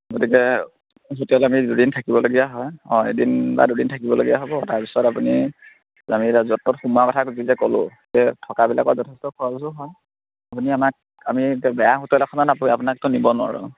গতিকে হোটেল আমি দুদিন থাকিবলগীয়া হয় অঁ এদিন বা দুদিন থাকিবলগীয়া হ'ব তাৰপিছত আপুনি আমি য'ত ত'ত সোমোৱা কথাটো যে ক'লোঁ যে থকাবিলাকত যথেষ্ট খৰচো হয় আপুনি আমাক আমি বেয়া হোটেল এখনত আপুনি আপোনাকতো নিব নোৱাৰোঁ